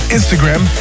Instagram